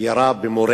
ירה במורה